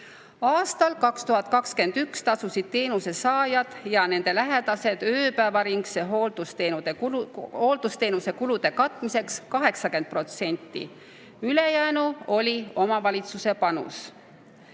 Aastal 2021 tasusid teenuse saajad ja nende lähedased ööpäevaringse hooldusteenuse kuludest 80%, ülejäänu oli omavalitsuse panus.